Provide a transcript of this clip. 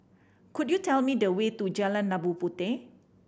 could you tell me the way to Jalan Labu Puteh